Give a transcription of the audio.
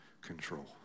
control